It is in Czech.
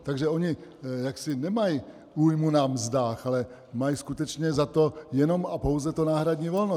Takže oni nemají újmu na mzdách, ale mají skutečně za to jenom a pouze to náhradní volno.